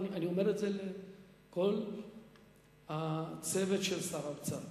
אני אומר את זה לכל הצוות של שר האוצר,